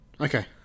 Okay